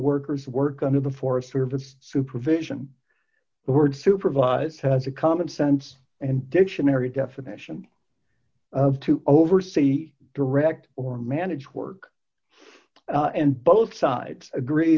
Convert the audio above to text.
workers work under the forest service supervision the word supervise has a common sense and dictionary definition of to oversee direct or manage work and both sides agree